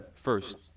First